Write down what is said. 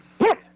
Yes